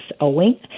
owing